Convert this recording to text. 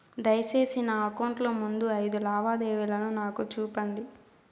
దయసేసి నా అకౌంట్ లో ముందు అయిదు లావాదేవీలు నాకు చూపండి